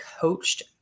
coached